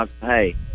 Hey